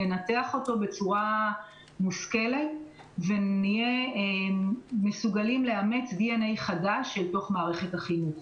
ננתח אותו בצורה מושכלת ונאמץ DNA חדש אל תוך מערכת החינוך.